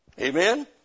Amen